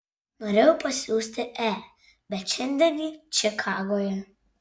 norėjau pasiųsti e bet šiandien ji čikagoje